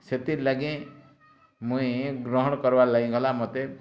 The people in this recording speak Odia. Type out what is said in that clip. ସେଥିରଲାଗି ମୁଇଁ ଗ୍ରହଣ କରିବାର ଲାଗିଗଲା ମୋତେ